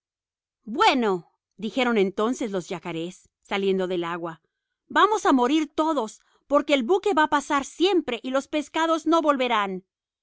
bueno dijeron entonces los yacarés saliendo del agua vamos a morir todos porque el buque va a pasar siempre y los peces no volverán